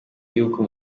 y’uko